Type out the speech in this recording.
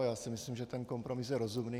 Já si myslím, že ten kompromis je rozumný.